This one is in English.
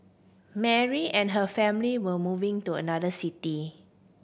Mary and her family were moving to another city